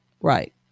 right